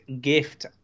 gift